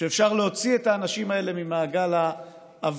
שאפשר להוציא את האנשים האלה ממעגל האבטלה,